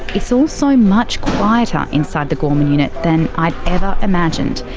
it's also much quieter inside the gorman unit than i'd ever imagined.